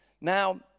Now